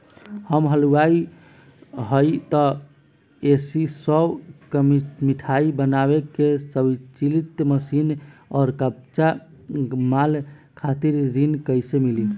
हम हलुवाई हईं त ए.सी शो कैशमिठाई बनावे के स्वचालित मशीन और कच्चा माल खातिर ऋण कइसे मिली?